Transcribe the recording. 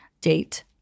date